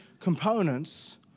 components